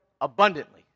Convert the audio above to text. abundantly